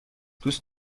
دوست